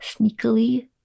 sneakily